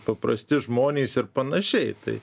paprasti žmonės ir panašiai tai